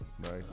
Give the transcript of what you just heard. Right